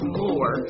more